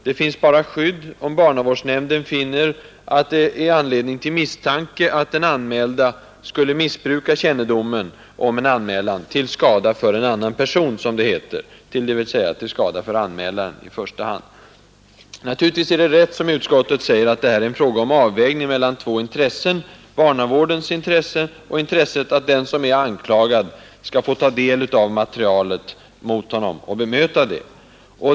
Skydd finns bara om barnavårdsnämnden finner anledning att misstänka, att den anmälde skulle missbruka kännedomen om en anmälan till skada för en annan person, som det heter, dvs. till skada för anmälaren i första hand. Naturligtvis är det rätt, som utskottet säger, att det här är fråga om en avvägning mellan två intressen, å ena sidan barnavårdens intresse och å den andra intresset att den som är anklagad skall få ta del av materialet mot honom och bemöta det.